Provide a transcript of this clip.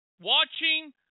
Watching